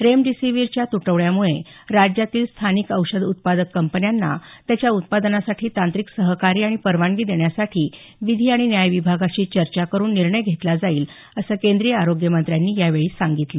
रेमडेसिव्हीवीरच्या तुटवड्यामुळे राज्यातील स्थानिक औषध उत्पादक कंपन्यांना त्याच्या उत्पादनासाठी तांत्रिक सहकार्य आणि परवानगी देण्यासाठी विधी आणि न्याय विभागाशी चर्चा करून निर्णय घेतला जाईल असं केंद्रीय आरोग्य मंत्र्यांनी यावेळी सांगितलं